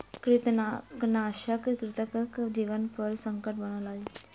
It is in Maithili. कृंतकनाशक कृंतकक जीवनपर संकट बनल अछि